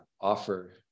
offer